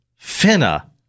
Finna